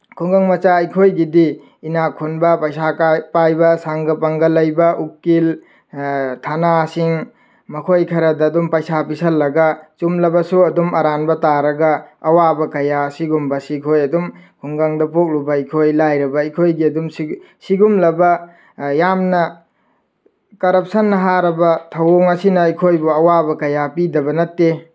ꯈꯨꯡꯒꯪ ꯃꯆꯥ ꯑꯩꯈꯣꯏꯒꯤꯗꯤ ꯏꯅꯥ ꯈꯨꯟꯕ ꯄꯩꯁꯥ ꯄꯥꯏꯕ ꯁꯪꯒ ꯄꯪꯒ ꯂꯩꯕ ꯎꯀꯤꯜ ꯊꯅꯥꯁꯤꯡ ꯃꯈꯣꯏ ꯈꯔꯗ ꯑꯗꯨꯝ ꯄꯩꯁꯥ ꯄꯤꯁꯤꯜꯂꯒ ꯆꯨꯝꯂꯕꯁꯨ ꯑꯗꯨꯝ ꯑꯔꯥꯟꯕ ꯇꯥꯔꯒ ꯑꯋꯥꯕ ꯀꯌꯥ ꯑꯁꯤꯒꯨꯝꯕꯁꯤ ꯑꯩꯈꯣꯏ ꯑꯗꯨꯝ ꯈꯨꯡꯒꯪꯗ ꯄꯣꯛꯂꯨꯕ ꯑꯩꯈꯣꯏ ꯂꯥꯏꯔꯕ ꯑꯩꯈꯣꯏꯒꯤ ꯑꯗꯨꯝ ꯁꯤꯒꯨꯝꯂꯕ ꯌꯥꯝꯅ ꯀꯔꯞꯁꯟꯅ ꯍꯥꯔꯕ ꯊꯧꯑꯣꯡ ꯑꯁꯤꯅ ꯑꯩꯈꯣꯏꯕꯨ ꯑꯋꯥꯕ ꯀꯌꯥ ꯄꯤꯗꯕ ꯅꯠꯇꯦ